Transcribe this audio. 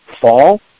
fall